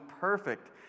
perfect